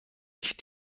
ich